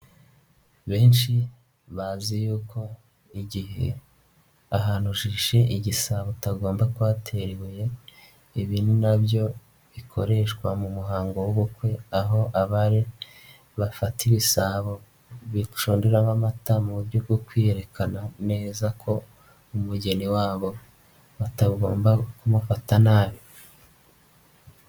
Benshi bazi yuko igihe ahantu ujishe igisabo utagomba kuhatera ibuye, ibi ni nabyo bikoreshwa mu muhango w'ubukwe, aho abari bafata ibisabo bacundiramo amata, mu buryo bwo kwiyerekana neza ko umugeni wabo batagomba kumufata nabi.